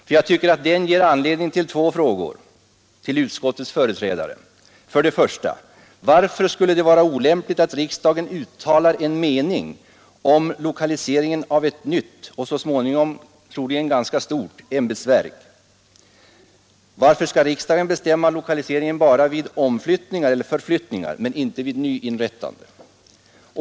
Jag tycker nämligen att den ger anledning att ställa två frågor till utskottet: För det första: Varför skulle det vara olämpligt att riksdagen uttalar en mening om lokaliseringen av ett nytt — och så småningom troligen ganska stort — ämbetsverk? Varför skall riksdagen bestämma lokaliseringen bara vid förflyttningar men inte vid nyinrättande?